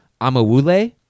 Amawule